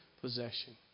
possession